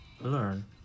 learn